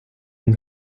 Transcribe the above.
він